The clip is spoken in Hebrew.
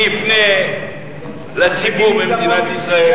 אני אפנה לציבור במדינת ישראל,